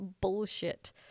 bullshit